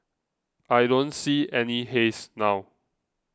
I don't see any haze now